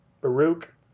Baruch